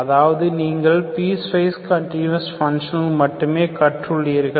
அதாவது நீங்கள் piecewise continuous பங்ஷன்களை மட்டுமே கற்று உள்ளீர்கள்